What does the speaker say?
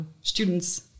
students